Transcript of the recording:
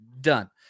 done